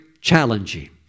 challenging